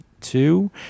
two